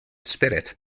spirit